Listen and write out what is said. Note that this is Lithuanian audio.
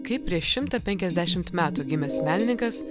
kaip prieš šimtą penkiasdešimt metų gimęs menininkas